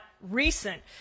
Recent